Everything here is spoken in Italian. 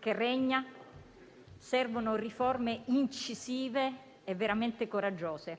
che regna, servono riforme incisive e veramente coraggiose.